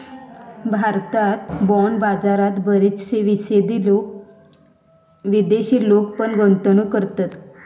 भारतात बाँड बाजारात बरेचशे विदेशी लोक पण गुंतवणूक करतत